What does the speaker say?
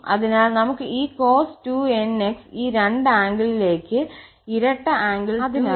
അതിനാൽ നമുക്ക് ഈ cos2 𝑛𝑥 ഈ രണ്ട് ആംഗിളിലേക്ക് ഇരട്ട ആംഗിൾ 2𝑛𝑥 ആക്കി മാറ്റാം